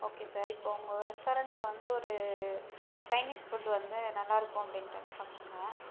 okay sir இப்போது உங்கள் ரெஸ்டாரெண்ட்டில் வந்து ஒரு சைனீஸ் ஃபுட் வந்து நல்லாயிருக்கும் அப்படின்ட்டுன்னு சொன்னாங்க